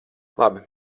labi